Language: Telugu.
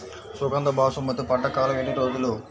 సుగంధ బాసుమతి పంట కాలం ఎన్ని రోజులు?